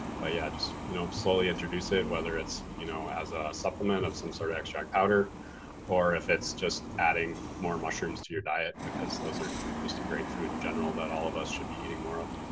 and but yeah, just you know slowly introduce it, whether it's you know as a supplement of some sort of extract powder or if it's just adding more mushrooms to your diet because those are just a great food in general that all of us should be eating more of.